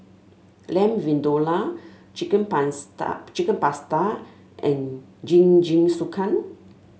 Lamb Vindaloo Chicken Chicken Pasta and Jingisukan